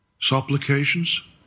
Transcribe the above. Supplications